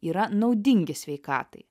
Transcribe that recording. yra naudingi sveikatai